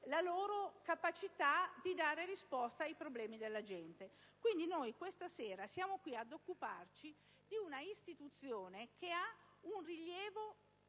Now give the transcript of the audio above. la loro capacità di dare risposta ai problemi della gente. Questa sera noi siamo qui ad occuparci di una istituzione che ha un rilievo